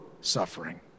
suffering